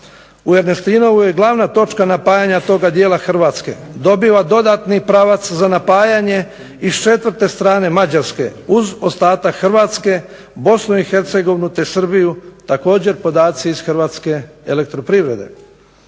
u Ernestinovu je glavna točka napajanja toga dijela Hrvatske, dobiva dodatni pravac za napajanje i s četvrte strane Mađarske, uz ostatak Hrvatske, Bosnu i Hercegovinu, te Srbiju, također podaci iz Hrvatske elektroprivrede.